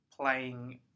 playing